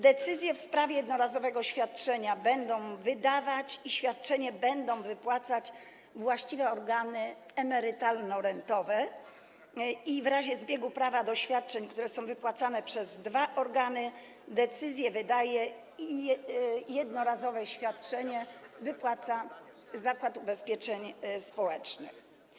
Decyzje w sprawie jednorazowego świadczenia będą wydawać i świadczenie będą wypłacać właściwe organy emerytalno-rentowe i w razie zbiegu prawa do świadczeń, które są wypłacane przez dwa organy, decyzję wydaje i jednorazowe świadczenie wypłaca Zakład Ubezpieczeń Społecznych.